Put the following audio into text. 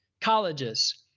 Colleges